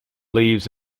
leaves